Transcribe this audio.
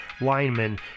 linemen